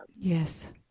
yes